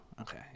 okay